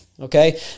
Okay